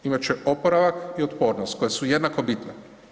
Imat će oporavak i otpornost, koje su jednako bitne.